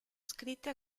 scritte